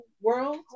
world